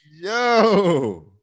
Yo